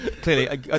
Clearly